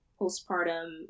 postpartum